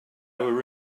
were